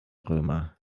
römer